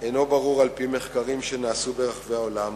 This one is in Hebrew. אינם ברורים, על-פי מחקרים שנעשו ברחבי העולם.